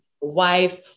wife